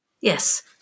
Yes